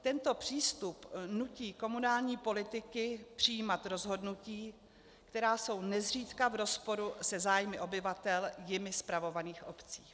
Tento přístup nutí komunální politiky přijímat rozhodnutí, která jsou nezřídka v rozporu se zájmy obyvatel jimi spravovaných obcí.